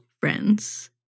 friends